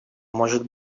может